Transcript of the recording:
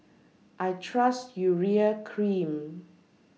I Trust Urea Cream